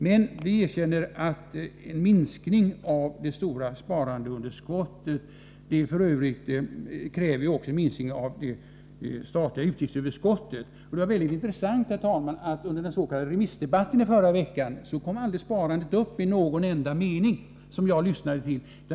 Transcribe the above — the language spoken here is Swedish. Men vi erkänner att en minskning av det stora sparandeunderskottet också kräver en minskning av det statliga utgiftsöverskottet. Det var mycket intressant, herr talman, att under den s.k. remissdebatten i förra veckan kom aldrig sparandet upp i någon enda mening som jag hörde.